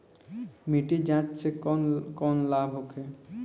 मिट्टी जाँच से कौन कौनलाभ होखे?